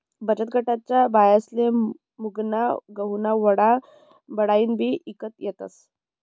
बचतगटन्या बायास्ले मुंगना गहुना वडा बनाडीन बी ईकता येतस